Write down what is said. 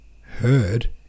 heard